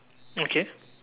okay